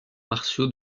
martiaux